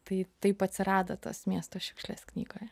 tai taip atsirado tas miesto šiukšlės knygoje